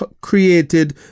created